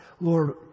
Lord